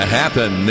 happen